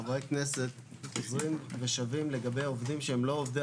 חברי כנסת עוברים ושבים לגבי עובדים שהם לא עובדי